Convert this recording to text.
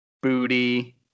Booty